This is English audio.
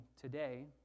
today